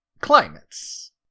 climates